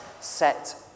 set